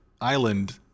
island